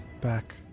back